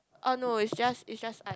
oh no it's just it's just